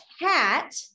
hat